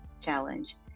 challenge